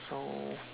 so